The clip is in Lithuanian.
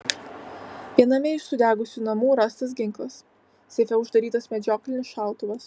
viename iš sudegusių namų rastas ginklas seife uždarytas medžioklinis šautuvas